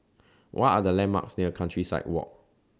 What Are The landmarks near Countryside Walk